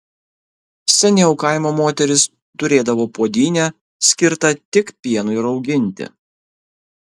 seniau kaimo moterys turėdavo puodynę skirtą tik pienui rauginti